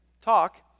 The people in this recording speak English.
talk